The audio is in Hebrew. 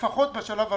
לפחות בשלב הראשון,